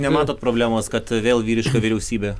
nematot problemos kad vėl vyriška vyriausybė